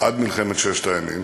עד מלחמת ששת הימים.